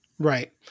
Right